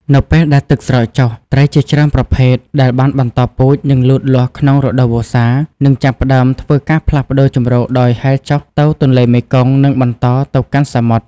នៅពេលដែលទឹកស្រកចុះ ត្រីជាច្រើនប្រភេទដែលបានបន្តពូជ និងលូតលាស់ក្នុងរដូវវស្សា នឹងចាប់ផ្តើមធ្វើការផ្លាស់ប្តូរជម្រកដោយហែលចុះទៅទន្លេមេគង្គ និងបន្តទៅកាន់សមុទ្រ។